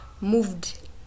moved